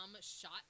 shot